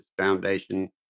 foundation